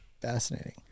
fascinating